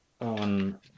on